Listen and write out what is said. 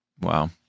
Wow